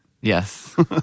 Yes